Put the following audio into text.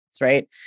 right